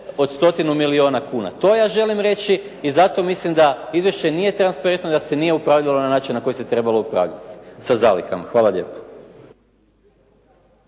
od 100 milijuna kuna. To ja želim reći i zato mislim da izvješće nije transparentno i da se nije upravljalo na način na koji se trebalo upravljati sa zalihama. Hvala lijepo.